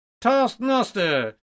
Taskmaster